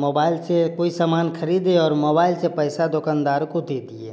mobile से कोई समान खरीदे और मोबाइल से पैसा दुकानदार को दे दिए